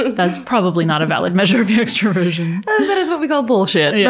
that's probably not a valid measurement of your extroversion. that is what we call bullshit, yeah